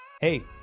Hey